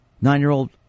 Nine-year-old